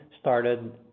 started